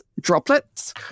droplets